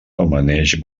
amaneix